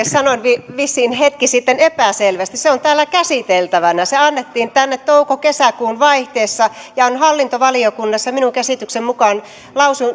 sanoin vissiin hetki sitten epäselvästi se on täällä käsiteltävänä se annettiin tänne touko kesäkuun vaihteessa ja on hallintovaliokunnassa minun käsitykseni mukaan